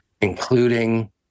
including